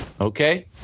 okay